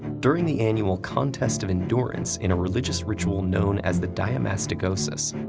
during the annual contest of endurance in a religious ritual known as the diamastigosis,